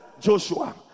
Joshua